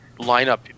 lineup